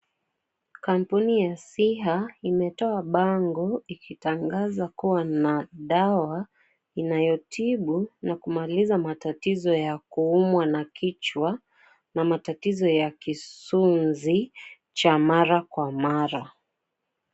Kampuni ya SIHA imetoa bango ikitangaza kuwa na dawa inayotibu na kumaliza matatizo ya kuumwa na kichwa na matatizo ya kisunzi cha mara kwa mara.